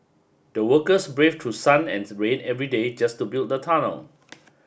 the workers brave to sun and rain every day just to build the tunnel